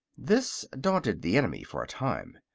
this daunted the enemy for a time,